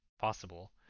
possible